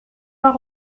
pas